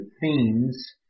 themes